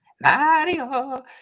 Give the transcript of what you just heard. Mario